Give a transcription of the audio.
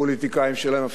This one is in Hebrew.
הפוליטיקאים שלהם,